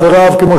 כדי